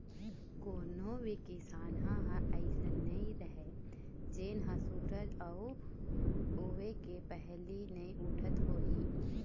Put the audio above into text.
कोनो भी किसनहा ह अइसन नइ राहय जेन ह सूरज उए के पहिली नइ उठत होही